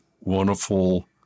wonderful